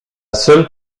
seule